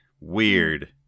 weird